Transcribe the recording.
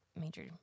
major